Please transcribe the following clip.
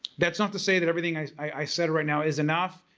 that's not to say that everything i i said right now is enough.